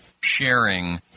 sharing